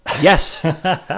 Yes